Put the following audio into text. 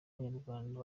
abanyarwanda